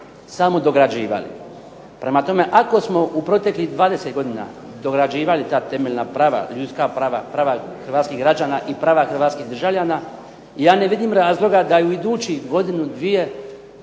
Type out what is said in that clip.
samo dograđivali. Prema tome, ako smo u proteklih 20 godina dograđivali ta temeljna prava, ljudska prava, prava hrvatskih građana i prava hrvatskih državljana, ja ne vidim razloga da u idućih godinu, dvije